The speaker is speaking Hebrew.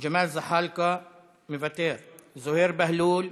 ג'מאל זחאלקה, מוותר, זוהיר בהלול,